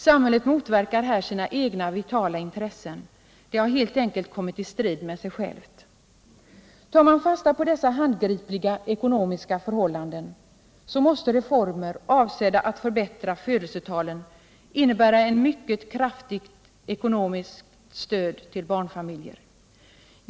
Samhället motverkar här sina egna vitala intressen. Det har helt enkelt kommit i strid med sig självt. Om man tar fasta på dessa handgripliga ekonomiska förhållanden måste reformer avsedda att förbättra födelsetalen innebära ett mycket kraftigt ekonomiskt stöd till barnfamiljer.